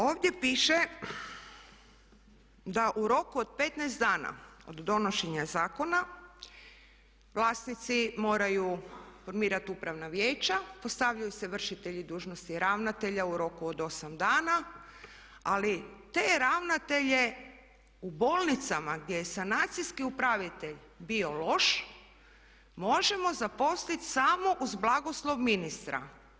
Ovdje piše da u roku od 15 dana od donošenja zakona vlasnici moraju formirati upravna vijeća, postavljaju se vršitelji dužnosti ravnatelja u roku od osam dana, ali te ravnatelje u bolnicama gdje je sanacijski upravitelj bio loš možemo zaposlit samo uz blagoslov ministra.